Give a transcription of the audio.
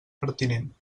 pertinent